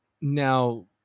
now